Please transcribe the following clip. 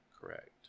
Correct